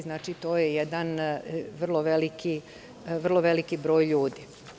Znači, to je jedan vrlo veliki broj ljudi.